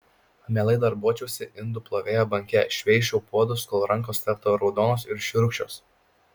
mielai darbuočiausi indų plovėja banke šveisčiau puodus kol rankos taptų raudonos ir šiurkščios